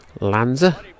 Lanza